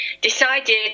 Decided